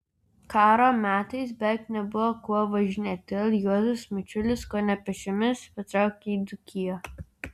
karo metais beveik nebuvo kuo važinėti todėl juozas mičiulis kone pėsčiomis patraukė į dzūkiją